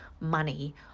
money